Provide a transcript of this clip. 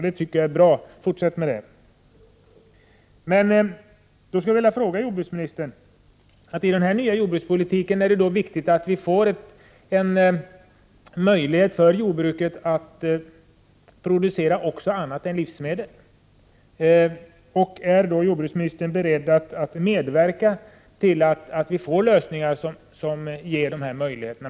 Det tycker jag är bra, fortsätt med det! I denna nya jordbrukspolitik är det viktigt att jordbruket ges möjlighet att producera annat än livsmedel. Är jordbruksministern beredd att medverka till lösningar som ger denna möjlighet?